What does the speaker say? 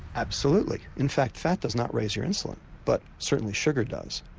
absolutely, in fact fat does not raise your insulin but certainly sugar does.